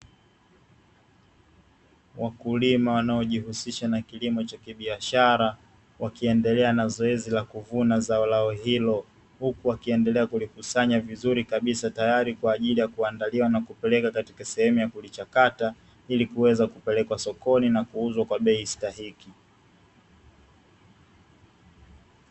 Wakulima wanaojihusisha na kilimo cha kibiashara, wakiendelea na zoezi la kuvuna zao lao hilo, huku wakiendelea kulikusanya vizuri kabisa, tayari kwa ajili ya kuandaliwa na kupeleka katika sehemu ya kulichakata, ili kuweza kupelekwa sokoni na kuuzwa kwa bei stahiki.